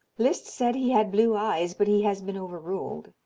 liszt said he had blue eyes, but he has been overruled.